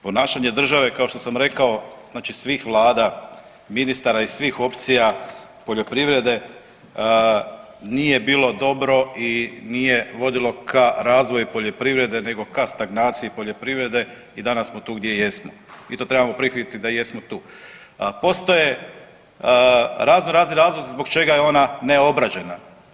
Ponašanje države kao što sam rekao znači svih vlada i ministara iz svih opcija poljoprivrede nije bilo dobro i nije vodilo ka razvoju poljoprivrede nego ka stagnaciji poljoprivrede i danas smo tu gdje jesmo i to trebamo prihvatiti da jesmo tu, a postoje razno razni razlozi zbog čega je ona neobrađena.